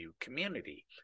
community